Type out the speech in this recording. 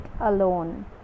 alone